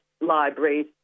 libraries